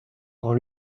rends